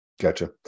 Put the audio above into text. Gotcha